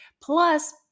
Plus